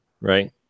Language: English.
right